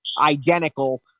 identical